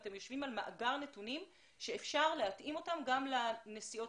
אתם יושבים על מאגר נתונים שאפשר להתאים אותם גם לנסיעות